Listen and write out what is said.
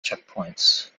checkpoints